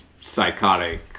psychotic